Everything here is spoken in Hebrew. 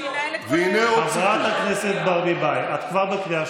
חברת הכנסת כהן.